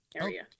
area